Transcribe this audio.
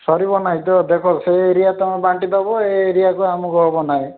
ସରିବ ନାହିଁ ତ ଦେଖ ସେ ଏରିଆ ତୁମେ ବାଣ୍ଟି ଦେବ ଏ ଏରିଆକୁ ଆମକୁ ହେବ ନାହିଁ